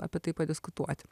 apie tai padiskutuoti